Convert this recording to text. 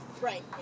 right